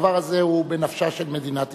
הדבר הזה הוא בנפשה של מדינת ישראל.